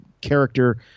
character